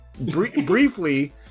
briefly